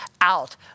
out